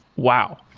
wow!